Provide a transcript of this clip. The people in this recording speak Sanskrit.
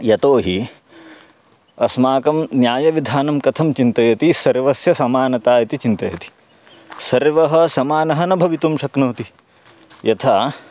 यतोहि अस्माकं न्यायविधानं कथं चिन्तयति सर्वस्य समानता इति चिन्तयति सर्वः समानः न भवितुं शक्नोति यथा